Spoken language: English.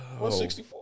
164